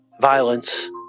violence